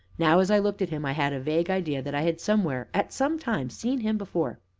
now, as i looked at him, i had a vague idea that i had somewhere, at some time, seen him before.